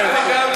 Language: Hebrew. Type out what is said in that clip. כפיים,